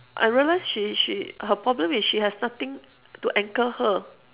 I realise she she her problem is she has nothing to anchor her